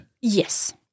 Yes